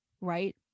right